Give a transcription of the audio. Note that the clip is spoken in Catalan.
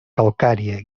calcària